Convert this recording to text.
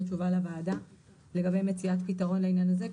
תשובה לוועדה לגבי מציאת פתרון בעניין הזה,